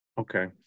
Okay